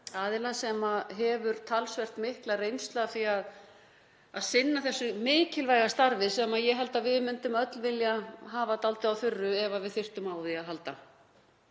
aðila sem hefur talsvert mikla reynslu af því að sinna þessu mikilvæga starfi sem ég held að við myndum öll vilja hafa dálítið á þurru ef við þyrftum á því að halda.